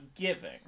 giving